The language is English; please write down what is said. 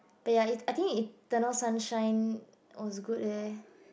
ya I think eternal sunshine was good leh